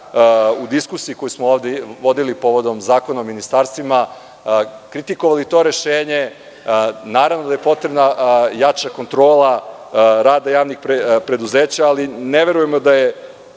u diskusiji koju smo ovde vodili povodom Zakona o ministarstvima kritikovali to rešenje. Naravno da je potrebna jača kontrola rada javnih preduzeća, ali ne verujemo da